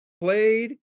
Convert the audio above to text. played